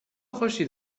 خوشی